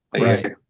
Right